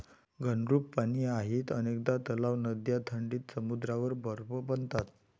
घनरूप पाणी आहे अनेकदा तलाव, नद्या थंडीत समुद्रावर बर्फ बनतात